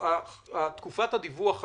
בתקופת הדיווח הזאת,